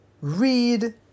read